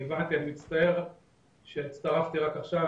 אני מצטער שהצטרפתי רק עכשיו,